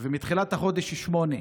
ומתחילת החודש, שמונה.